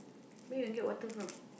where you get water from